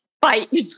Fight